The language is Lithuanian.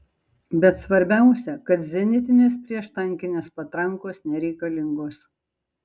bet svarbiausia kad zenitinės prieštankinės patrankos nereikalingos